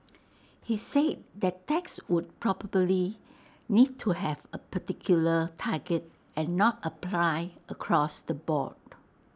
he say that tax would probably need to have A particular target and not apply across the board